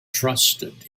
trusted